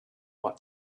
what